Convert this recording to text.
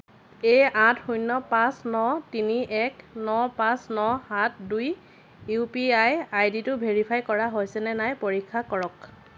এই আঠ শূণ্য পাঁচ ন তিনি এক ন পাঁচ ন সাত দুই ইউ পি আই আইডিটো ভেৰিফাই কৰা হৈছেনে নাই পৰীক্ষা কৰক